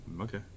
Okay